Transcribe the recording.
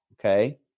Okay